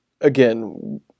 again